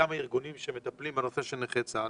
כמה ארגונים שמטפלים בנושא של נכי צה"ל.